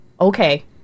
Okay